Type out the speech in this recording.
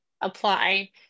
apply